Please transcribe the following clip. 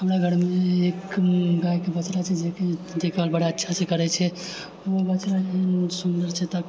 हमरा घरमे एक गायके बछड़ा छै जेकि खेतीके कार्य बड़ा अच्छासँ करैत छै ओ बछड़ा बहुत सुन्दर छै तऽ